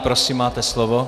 Prosím, máte slovo.